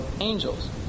angels